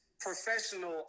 professional